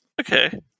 Okay